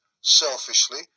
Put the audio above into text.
selfishly